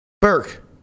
Burke